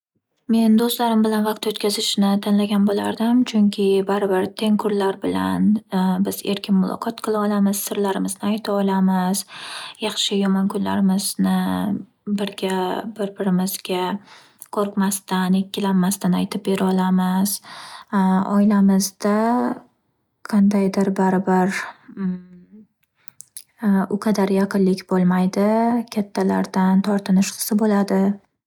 Men do'stlarim bilan vaqt o'tkazishni tanlagan bo'lardim, chunki baribir tengqurlar bilan biz erkin muloqot qila olamiz, sirlarimizni aytolamiz, yaxshi-yomon kunlarimizni birga bir-birimizga qo'rqmasdan, ikkilanmasdan aytib berolamiz. Oilamizda qandaydir baribir u qadar yaqinlik bo'lmaydi, kattalardan tortinish hisi bo'ladi.